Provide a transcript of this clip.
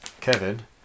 Kevin